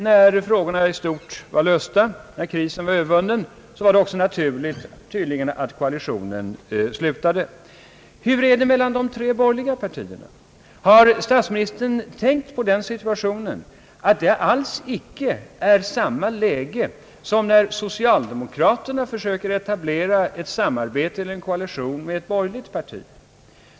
När frågorna i stort var lösta och krisen övervunnen, var det tydligen också naturligt att koalitionen upphörde. Hur är det mellan de tre borgerliga partierna? Har statsministern tänkt på att situationen inte alls är densamma som när socialdemokraterna försöker etablera. ett samarbete eller en koalition med ett borgerligt parti?